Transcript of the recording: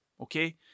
okay